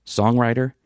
songwriter